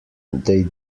they